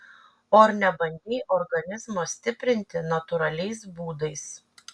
o ar nebandei organizmo stiprinti natūraliais būdais